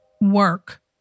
work